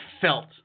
felt